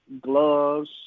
gloves